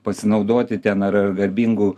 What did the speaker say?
pasinaudoti ten ar ar garbingu